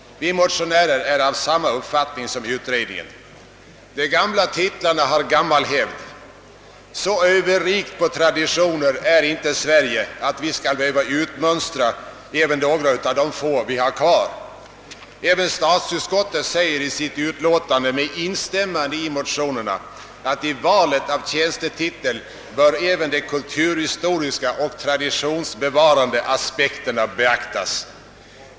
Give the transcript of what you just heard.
Vi motionärer är av samma uppfattning som utredningen. De gamla titlarna har gammal hävd. Så överrikt på traditioner är inte Sverige att vi skall behöva utmönstra även några av de få vi har kvar. Även statsutskottet säger i sitt utlåtande med instämmande i motionerna, att i valet av tjänstetitel bör även de kulturhistoriska och <traditionsbevarande aspekterna beaktas.